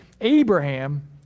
Abraham